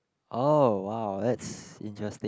oh !wow! that's interesting